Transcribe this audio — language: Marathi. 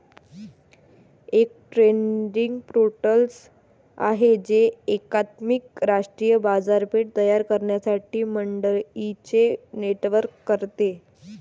एक ट्रेडिंग पोर्टल आहे जे एकात्मिक राष्ट्रीय बाजारपेठ तयार करण्यासाठी मंडईंचे नेटवर्क करते